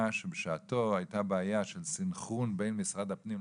שבשעתו הייתה בעיה של סנכרון בין משרד הפנים,